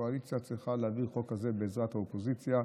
שהקואליציה צריכה להעביר חוק כזה בעזרת האופוזיציה.